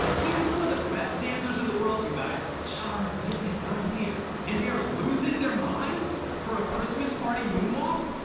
we have some of the best dancers in the world, you guys. shah rukh, hrithik, ranveer. and they are losing their minds for a christmas party moonwalk?